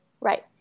right